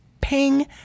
ping